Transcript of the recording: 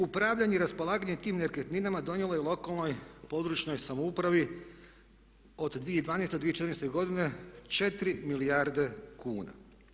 Upravljanje i raspolaganje tim nekretninama donijelo je lokalnoj, područnoj samoupravi od 2012. do 2014. godine 4 milijarde kuna.